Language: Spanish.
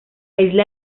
historia